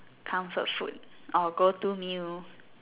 comfort food or go to meal